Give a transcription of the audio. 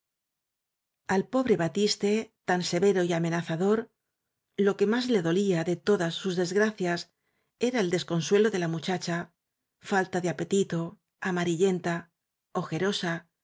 al pobre batiste tan severo y amenazador lo que más le dolía de todas sus desgracias era el desconsuelo de la muchacha falta de apetito amarillenta ojerosa